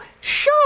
Show